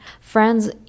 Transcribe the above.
friends